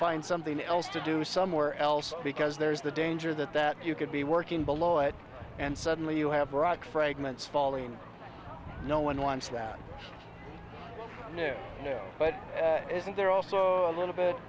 find something else to do somewhere else because there's the danger that that you could be working below it and suddenly you have rock fragments falling no one wants that but isn't there also a little bit